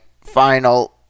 final